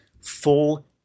full